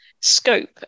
scope